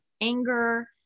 anger